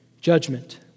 judgment